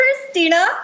christina